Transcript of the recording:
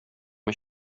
jag